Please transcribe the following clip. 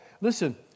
Listen